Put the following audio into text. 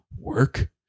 work